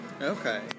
Okay